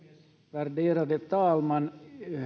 värderade talman